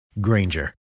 Granger